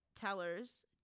tellers